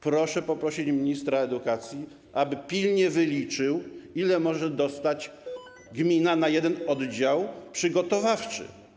Proszę poprosić ministra edukacji, aby pilnie wyliczył, ile może dostać gmina na jeden oddział przygotowawczy.